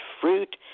fruit